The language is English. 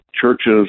churches